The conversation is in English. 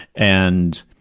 and